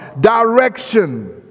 direction